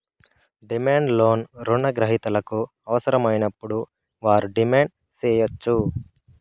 demand loan రుణ గ్రహీతలకు అవసరమైనప్పుడు వారు డిమాండ్ సేయచ్చు